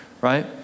right